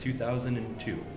2002